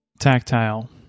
Tactile